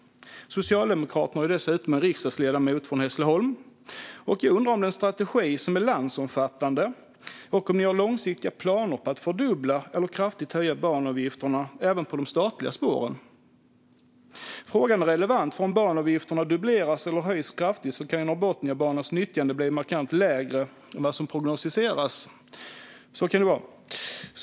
Socialdemokraterna har dessutom en riksdagsledamot från Hässleholm. Jag undrar om den strategi som är landsomfattande. Har ni långsiktiga planer på att fördubbla eller kraftigt höja banavgifterna även på de statliga spåren? Frågan är relevant, för om banavgifterna dubbleras eller höjs kraftigt kan Norrbotniabanans nyttjande bli markant lägre än vad som prognostiseras. Så kan det bli.